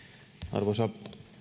arvoisa